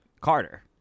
Carter